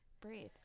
Breathe